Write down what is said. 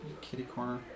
kitty-corner